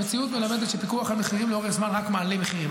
המציאות מלמדת שפיקוח על מחירים לאורך זמן רק מעלה מחירים.